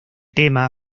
tema